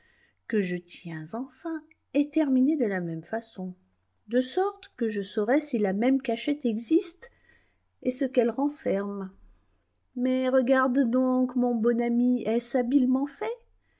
que je tiens enfin est terminée de la même façon de sorte que je saurai si la même cachette existe et ce qu'elle renferme mais regarde donc mon bon ami est-ce habilement fait